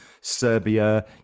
Serbia